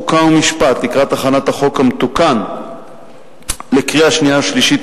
חוק ומשפט לקראת הכנת החוק המתוקן לקריאה שנייה ושלישית,